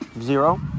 zero